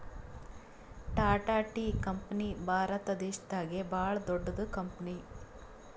Tata tea company Bharat ದೇಶದಾಗೆ ಭಾಳ್ ದೊಡ್ಡದ್ ಕಂಪನಿ